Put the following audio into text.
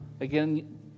again